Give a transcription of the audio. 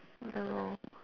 ya lor